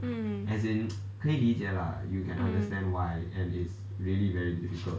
mm